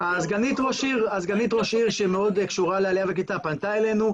סגנית ראש העיר שמאוד קשורה לעליה וקליטה פנתה אלינו,